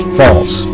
false